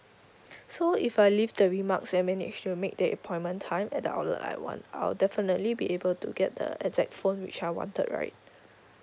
so if I leave the remarks and manage to make the appointment time at the outlet I want I'll definitely be able to get the exact phone which I wanted right